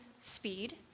speed